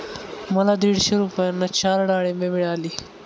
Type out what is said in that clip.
मला दीडशे रुपयांना चार डाळींबे मिळाली